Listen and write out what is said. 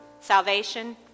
salvation